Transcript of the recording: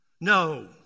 No